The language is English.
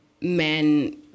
men